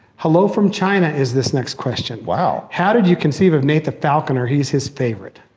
hello from china, is this next question? wow. how did you conceive of nathan falconer? he is his favorite?